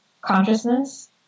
consciousness